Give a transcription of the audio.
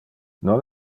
nos